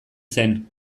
zen